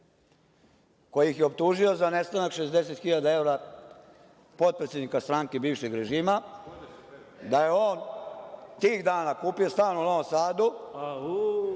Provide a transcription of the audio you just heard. koji ih je optužio da nestanak 60.000 evra, potpredsednika stranke bivšeg režima, da je on tih dana kupio stan u Novom Sadu.